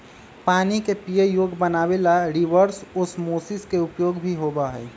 पानी के पीये योग्य बनावे ला रिवर्स ओस्मोसिस के उपयोग भी होबा हई